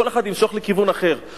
כל אחד ימשוך לכיוון אחר.